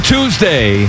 Tuesday